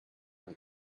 gun